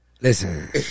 listen